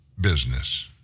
business